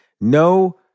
No